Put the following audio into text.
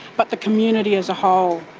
but the community as a whole.